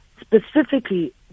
specifically